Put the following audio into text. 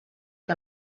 que